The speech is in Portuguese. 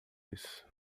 isso